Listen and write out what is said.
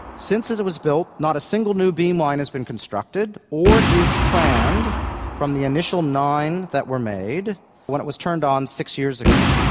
since it was built not a single new beamline has been constructed or is planned from the initial nine that were made when it was turned on six years ago.